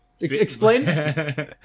Explain